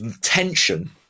tension